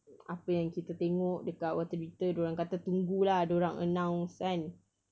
apa yang kita tengok dekat warta berita dia orang kata tunggu lah dia orang announce kan